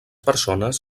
persones